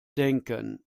denken